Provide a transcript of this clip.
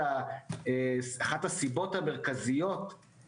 ומטעם המרכז לשלטון המקומי.